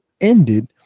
ended